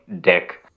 dick